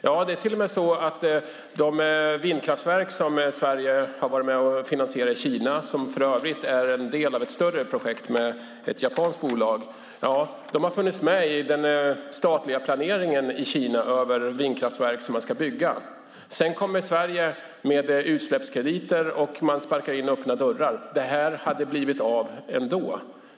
Ja, det är till och med så att de vindkraftverk som Sverige har varit med och finansierat i Kina, som för övrigt är en del av ett större projekt med ett japanskt bolag, har funnits med i den statliga planeringen i Kina av vindkraftverk som man ska bygga. Sedan kommer Sverige med utsläppskrediter, och man sparkar in öppna dörrar. Det här hade blivit av ändå.